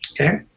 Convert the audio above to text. Okay